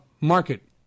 Market